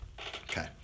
Okay